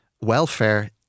welfare